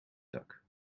dak